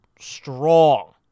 strong